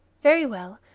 very well.